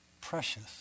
precious